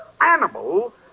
animal